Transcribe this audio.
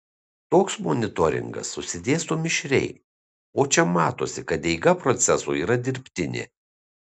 toks monitoringas susidėsto mišriai o čia matosi kad eiga proceso yra dirbtinė